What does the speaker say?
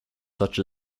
such